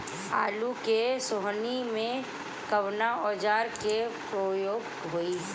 आलू के सोहनी में कवना औजार के प्रयोग होई?